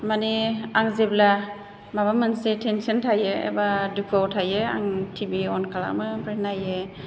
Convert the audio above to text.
माने आं जेब्ला माबा मोनसे टेनस'न थायो एबा दुखुआव थायो आं टि भि अन खालामो ओमफ्राय नायो